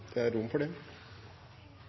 er ikke rom for